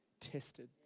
tested